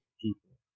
people